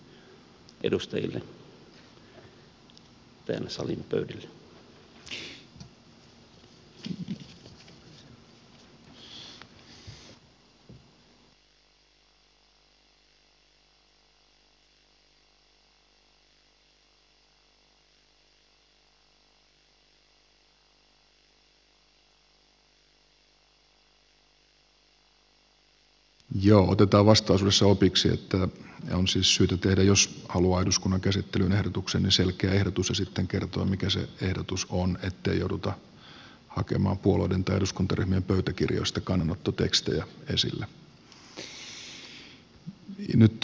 otetaan vastaisuudessa opiksi että on siis syytä tehdä jos haluaa eduskunnan käsittelyyn ehdotuksen selkeä ehdotus ja sitten kertoa mikä se ehdotus on ettei jouduta hakemaan puolueiden tai eduskuntaryhmien pöytäkirjoista kannanottotekstejä esille